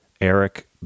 Eric